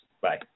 Bye